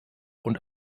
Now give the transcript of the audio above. und